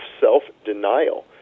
self-denial